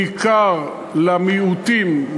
בעיקר למיעוטים,